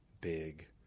big